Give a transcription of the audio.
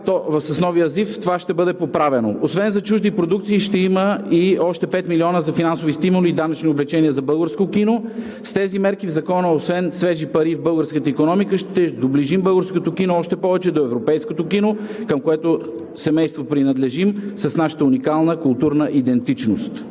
това ще бъде поправено, като освен за чужди продукции, ще има и още пет милиона за финансови стимули и данъчни облекчения за българското кино. С тези мерки в Закона освен свежи пари в българската икономика, ще доближим българското кино още повече до европейското кино, към което семейство принадлежим с нашата уникална културна идентичност.